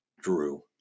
Drew